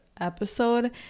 episode